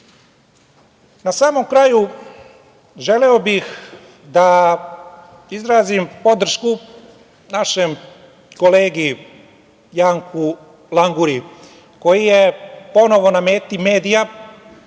samom kraju, želeo bih da izrazim podršku našem kolegi Janku Languri koji je ponovo na meti medija